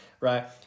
right